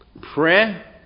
Prayer